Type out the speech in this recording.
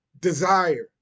desire